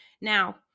Now